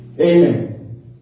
Amen